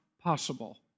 possible